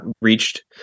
reached